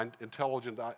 intelligent